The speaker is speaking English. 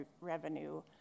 revenue